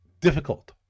difficult